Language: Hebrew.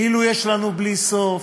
כאילו יש לנו בלי סוף,